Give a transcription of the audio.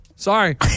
Sorry